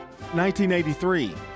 1983